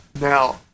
Now